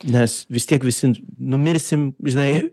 nes vis tiek visi numirsim žinai